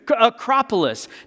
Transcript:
acropolis